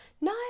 No